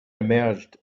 emerged